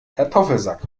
kartoffelsack